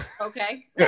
Okay